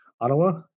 Ottawa